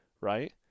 right